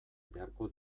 beharko